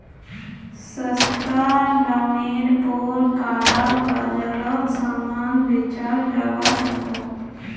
सस्ता डामर पोर काला बाजारोत सामान बेचाल जवा सकोह